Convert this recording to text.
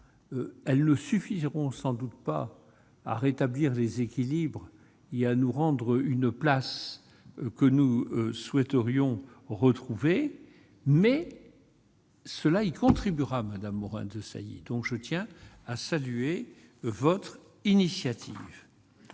elle ne suffisent auront sans doute pas à rétablir des équilibres et à nous rendre une place que nous souhaiterions retrouver mais cela y contribuera Madame Morin-Desailly donc je tiens à saluer votre initiative,